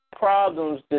problems